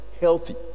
healthy